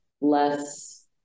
less